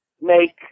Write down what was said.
make